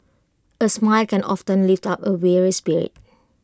A smile can often lift up A weary spirit